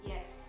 Yes